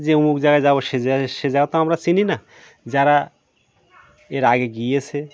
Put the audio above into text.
যে অমুক জায়গায় যাবো সে জায় সে জায়গা তো আমরা চিনি না যারা এর আগে গিয়েছে